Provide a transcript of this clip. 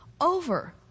over